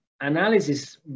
analysis